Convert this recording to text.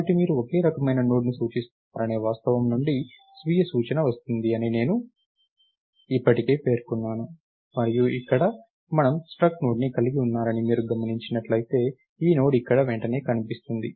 కాబట్టి మీరు ఒకే రకమైన నోడ్ని సూచిస్తున్నారనే వాస్తవం నుండి స్వీయ సూచన వస్తుంది అని నేను ఇప్పటికే పేర్కొన్నాను మరియు ఇక్కడ మనము స్ట్రక్ట్ నోడ్ని కలిగి ఉన్నారని మీరు గమనించినట్లయితే ఈ నోడ్ ఇక్కడ వెంటనే కనిపిస్తుంది